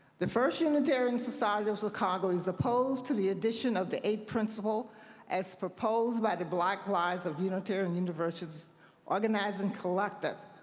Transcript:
the first unitarian society of chicago is opposed to the addition of the eighth principle as proposed by the black lives of unitarian universalist organizing o'clock tive,